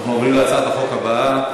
אנחנו עוברים להצעת החוק הבאה: